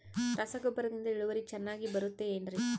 ರಸಗೊಬ್ಬರದಿಂದ ಇಳುವರಿ ಚೆನ್ನಾಗಿ ಬರುತ್ತೆ ಏನ್ರಿ?